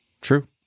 true